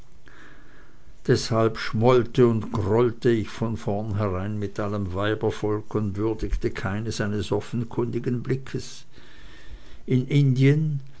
deshalb schmollte und grollte ich von vornherein mit allem weibervolk und würdigte keines eines offenkundigen blickes in indien